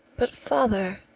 but, father,